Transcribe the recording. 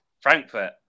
Frankfurt